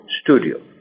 Studio